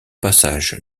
passage